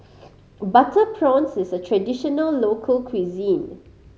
butter prawns is a traditional local cuisine